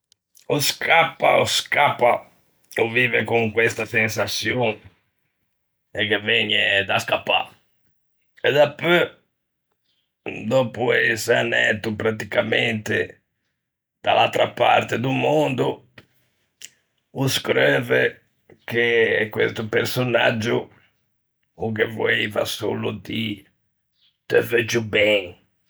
O scappa o scappa, o vive con questa sensaçion, e ghe vëgne da scappâ, e dapeu, dòppo ëse anæto pratticamente da l'atra parte do mondo, o screuve che questo personaggio o ghe voeiva solo dî "te veuggio ben".